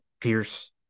Pierce